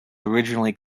originally